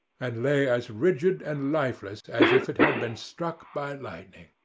and lay as rigid and lifeless as if it had been struck by lightning.